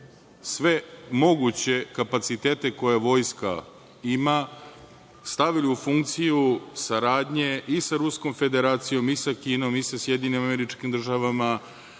sve moguće kapacitete koje vojska ima stavili u funkciju saradnje i sa Ruskom Federacijom i sa Kinom i sa SAD, sa zemljama